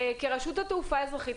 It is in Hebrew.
כרשות התעופה האזרחית,